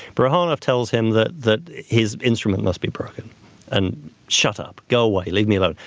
bryukhanov tells him that that his instrument must be broken and shut up, go away, leave me alone.